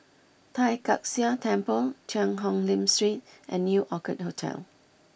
Tai Kak Seah Temple Cheang Hong Lim Street and New Orchid Hotel